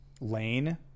lane